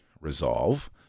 Resolve